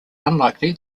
unlikely